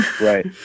Right